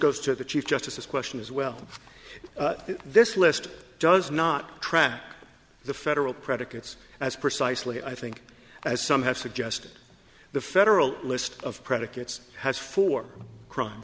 to the chief justice his question is well this list does not track the federal predicates as precisely i think as some have suggested the federal list of predicates has for crimes